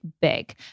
big